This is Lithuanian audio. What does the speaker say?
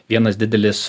vienas didelis